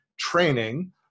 training